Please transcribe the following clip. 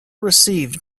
received